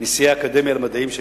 שאני חושב שנשיאי האקדמיה למדעים,